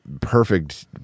perfect